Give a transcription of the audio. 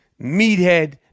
meathead